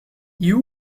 you